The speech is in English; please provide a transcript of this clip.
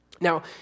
Now